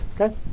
Okay